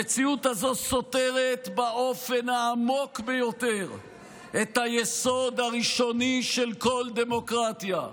המציאות הזו סותרת באופן העמוק ביותר את היסוד הראשוני של כל דמוקרטיה.